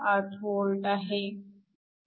48 V आहे